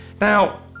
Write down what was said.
Now